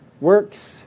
works